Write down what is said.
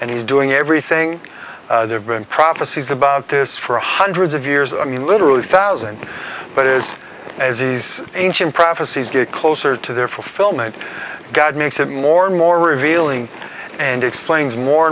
and he's doing everything they have been prophecies about this for hundreds of years i mean literally thousand but is as these ancient prophecies get closer to their fulfillment god makes it more and more revealing and explains more